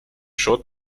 short